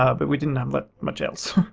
ah but we didn't have but much else.